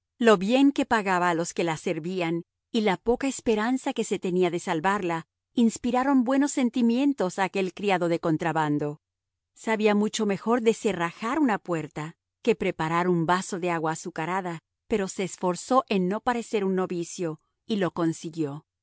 lo bien que pagaba a los que la servían y la poca esperanza que se tenía de salvarla inspiraron buenos sentimientos a aquel criado de contrabando sabía mucho mejor descerrajar una puerta que preparar un vaso de agua azucarada pero se esforzó en no parecer un novicio y lo consiguió